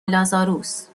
لازاروس